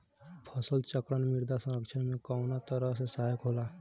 फसल चक्रण मृदा संरक्षण में कउना तरह से सहायक होला?